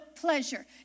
pleasure